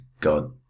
God